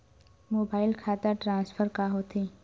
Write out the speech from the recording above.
Mobile खाता transfer का होथे?